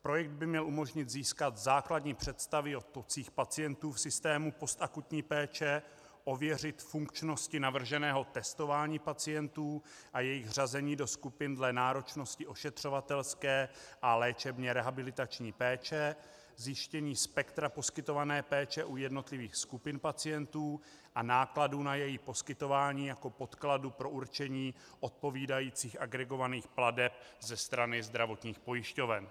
Projekt by měl umožnit získat základní představy o tocích pacientů v systému postakutní péče, ověřit funkčnosti navrženého testování pacientů a jejich řazení do skupin dle náročnosti ošetřovatelské a léčebně rehabilitační péče, zjištění spektra poskytované péče u jednotlivých skupin pacientů a nákladů na její poskytování jako podkladu pro určení odpovídajících agregovaných plateb ze strany zdravotních pojišťoven.